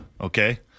okay